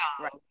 Right